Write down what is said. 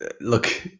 look